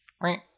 Right